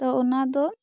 ᱛᱚ ᱚᱱᱟ ᱫᱚ